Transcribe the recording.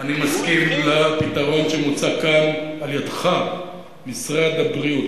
אני מסכים לפתרון שמוצע כאן על-ידך: משרד הבריאות,